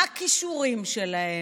מהם הכישורים שלהם,